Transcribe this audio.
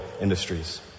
Industries